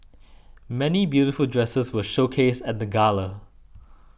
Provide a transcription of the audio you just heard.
many beautiful dresses were showcased at the gala